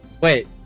Wait